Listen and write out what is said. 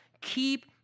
keep